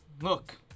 Look